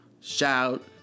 Shout